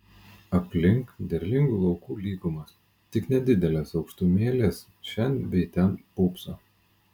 aplink derlingų laukų lygumos tik nedidelės aukštumėlės šen bei ten pūpso